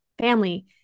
family